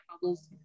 bubbles